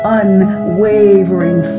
unwavering